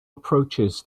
approaches